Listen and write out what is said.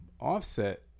Offset